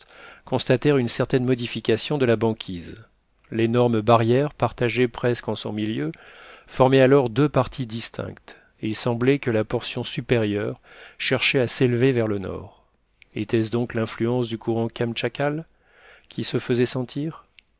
constatèrent une certaine modification de la banquise l'énorme barrière partagée presque en son milieu formait alors deux parties distinctes et il semblait que la portion supérieure cherchait à s'élever vers le nord était-ce donc l'influence du courant kamtchatkal qui se faisait sentir